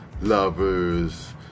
lovers